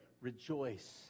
rejoice